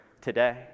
today